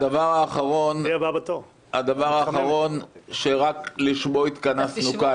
הדבר האחרון, שרק לשמו התכנסנו כאן